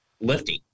lifting